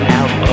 out